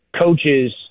coaches